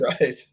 right